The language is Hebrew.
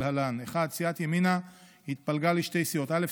כלהלן: סיעת ימינה התפלגה לשתי סיעות: א.